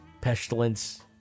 Pestilence